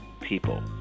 people